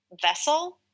vessel